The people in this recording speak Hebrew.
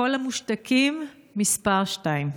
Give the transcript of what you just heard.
קול המושתקים מס' 2: